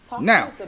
Now